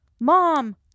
Mom